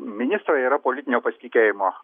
ministrai yra politinio pasitikėjimo